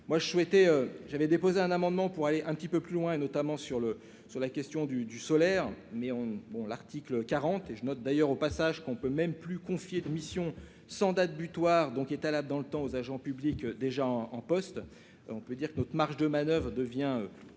moi je souhaitais j'avais déposé un amendement pour aller un petit peu plus loin et notamment sur le, sur la question du du solaire mais bon l'article quarante et je note d'ailleurs au passage qu'on peut même plus confier de missions sans date butoir donc Etalab dans le temps aux agents publics, des gens en poste, on peut dire que notre marge de manoeuvre devient très, très